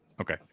Okay